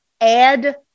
add